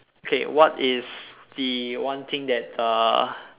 okay what is the one thing that uh